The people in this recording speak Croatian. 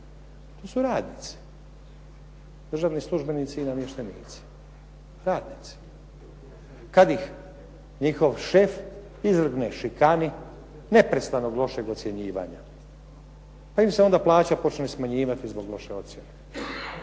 To su radnici, državni službenici i namještenici, radnici. Kad ih njihov šef izvrgne šikani neprestanog lošeg ocjenjivanja, pa im se onda plaća počne smanjivati zbog loše ocjene.